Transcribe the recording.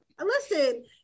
listen